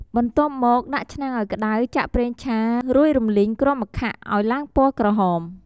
បន្ទាប់មក ដាក់ឆ្នាំងឲ្យក្ដៅ ចាក់ប្រេងឆា រួចរំលីងគ្រាប់ម្ខាក់ឲ្យឡើងពណ៌ក្រហម។